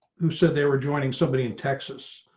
who said they were joining somebody in texas.